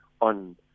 on